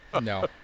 No